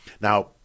Now